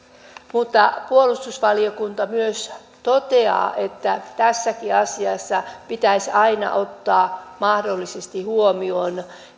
mutta puolustusvaliokunta toteaa myös että tässäkin asiassa pitäisi aina ottaa mahdollisesti huomioon